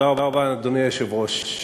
אדוני היושב-ראש,